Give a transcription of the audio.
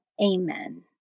Amen